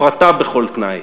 הפרטה בכל תנאי,